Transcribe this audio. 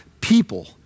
people